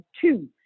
two